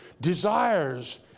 desires